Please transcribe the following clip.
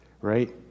right